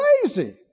crazy